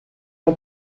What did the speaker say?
ans